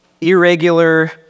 irregular